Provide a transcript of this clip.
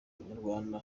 abanyarwanda